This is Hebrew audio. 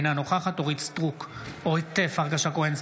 אינה נוכחת אורית פרקש הכהן,